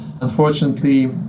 Unfortunately